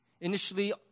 Initially